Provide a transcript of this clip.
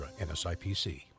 NSIPC